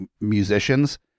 musicians